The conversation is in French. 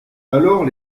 alors